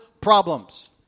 problems